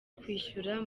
kwishyura